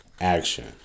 action